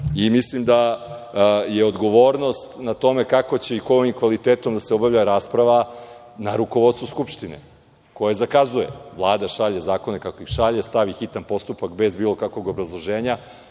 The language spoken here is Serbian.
da je odgovornost na tome kako će i kojim kvalitetom da se obavlja rasprava na rukovodstvu Skupštine koja zakazuje. Vlada šalje zakone kako ih šalje, stavi hitan postupak bez bilo kakvog obrazloženja,